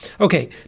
Okay